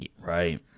Right